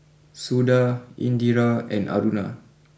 Suda Indira and Aruna